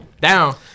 Down